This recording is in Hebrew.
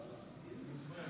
הוא לא יעשה את זה.